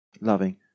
loving